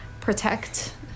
protect